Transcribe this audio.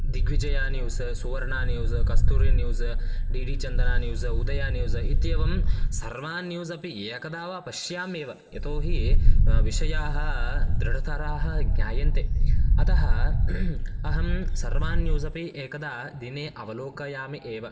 Digvijaya news Suvarna news Kasturi news D D Chandana news Udaya news इत्येवं सर्वान् news अपि एकदा वा पश्याम्येव यतो हि विषयाः दृढतराः ज्ञायन्ते अतः अहं सर्वान् न्यूस् अपि एकदा दिने अवलोकयामि एव